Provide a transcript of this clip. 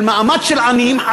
מעמד חדש של עניים.